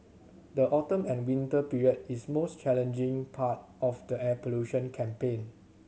the autumn and winter period is the most challenging part of the air pollution campaign